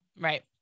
Right